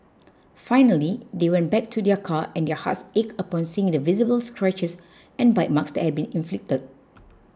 finally they went back to their car and their hearts ached upon seeing the visible scratches and bite marks that had been inflicted